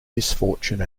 misfortune